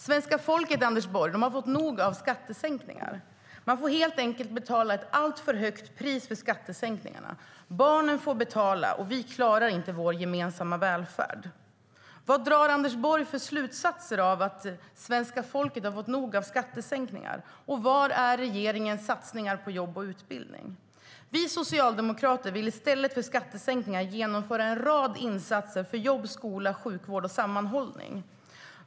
Svenska folket har fått nog av skattesänkningar, Anders Borg. Man får helt enkelt betala ett alltför högt pris för skattesänkningarna. Barnen får betala, och vi klarar inte vår gemensamma välfärd. Vad drar Anders Borg för slutsatser av att svenska folket har fått nog av skattesänkningar, och var är regeringens satsningar på jobb och utbildning? I stället för att göra skattesänkningar vill vi socialdemokrater genomföra en rad insatser för jobb, skola, sjukvård och sammanhållning.